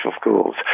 schools